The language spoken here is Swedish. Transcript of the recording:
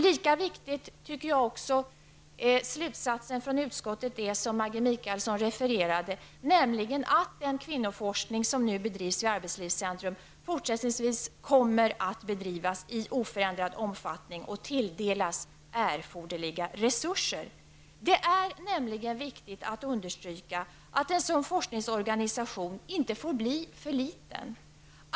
Lika viktig tycker jag också att den slutsats från utskottet är som Maggi Mikaelsson refererade, nämligen ''att den kvinnoforskning som nu bedrivs vid arbetslivscentrum fortsättningsvis kommer att bedrivas i oförändrad omfattning och tilldelas erforderliga resurser''. Det är viktigt att understryka att en sådan forskningsorganisation inte får bli för liten.